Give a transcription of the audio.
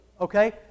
okay